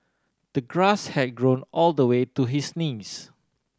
the grass had grown all the way to his knees